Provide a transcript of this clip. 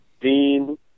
Dean